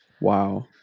wow